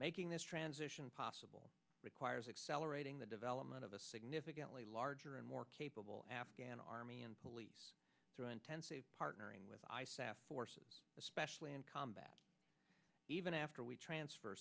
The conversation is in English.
making this transition possible requires accelerating the development of a significantly larger and more capable afghan army and police through intensive partnering with i sassed forces especially in combat even after we transfer